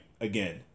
again